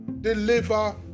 deliver